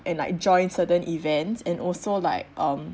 and like join certain events and also like um